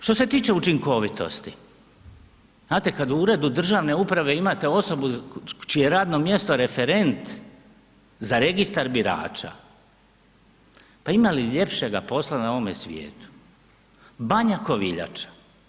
Što se tiče učinkovitosti, znate kad u uredu državne uprave imate osobu čije je radno mjesto referent za registar birača, pa ima li ljepšega posla na ovome svijetu, Banja Koviljača.